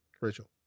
Rachel